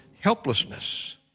helplessness